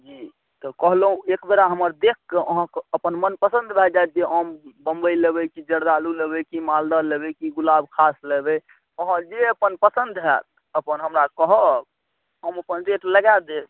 जी तऽ कहलौँ एकबेरा हमर देखके अहाँके अपन मनपसन्द भऽ जैत जे हम बम्बइ लेबै कि जरदालू लेबै कि मालदह लेबै कि गुलाबखास लेबे अहाँ जे अपन पसन्द अपन हैत अपन हमरा कहब हम अपन रेट लगा देब